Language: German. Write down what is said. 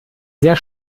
sehr